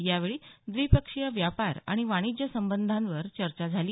यावेळी द्विपक्षीय व्यापार आणि वाणिज्य संबंधावर चर्चा झाली